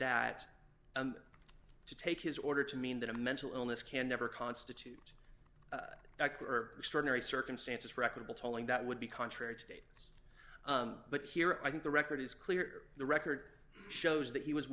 that to take his order to mean that a mental illness can never constitute likely or extraordinary circumstances for equitable tolling that would be contrary to date but here i think the record is clear the record shows that he was